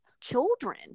children